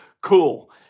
cool